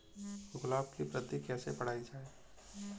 गुलाब की वृद्धि कैसे बढ़ाई जाए?